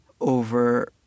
over